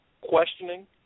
questioning